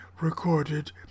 recorded